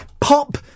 pop